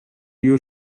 you